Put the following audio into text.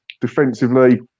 Defensively